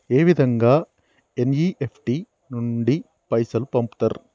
ఏ విధంగా ఎన్.ఇ.ఎఫ్.టి నుండి పైసలు పంపుతరు?